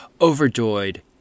Overjoyed